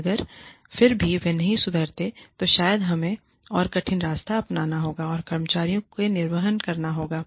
और अगर फिर भी वे नहीं सुधरते तो शायद हमें और कठिन रास्ता अपनाना होगा और कर्मचारियों का निर्वहन करना होगा